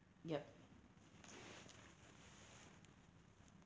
yup